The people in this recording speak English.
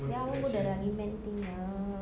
ya I want to go the running man thing ah